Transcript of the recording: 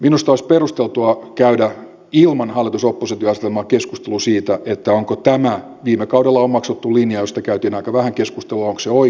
minusta olisi perusteltua käydä ilman hallitusoppositio asetelmaa keskustelua siitä onko tämä viime kaudella omaksuttu linja josta käytiin aika vähän keskustelua oikea